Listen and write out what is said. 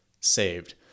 saved